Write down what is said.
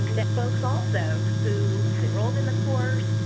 folks also who had enrolled in the course